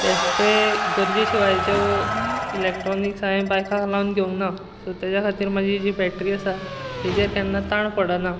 बेश्टे गरजे शिवायचे इलॅक्ट्रोनीक्स हांवें बायकाक लागून घेवंक ना सो ताच्या खातीर म्हाजी जी बॅट्री आसा ताजेर केन्ना ताण पडना